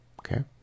Okay